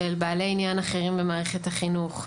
של בעלי עניין אחרים במערכת החינוך.